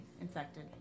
infected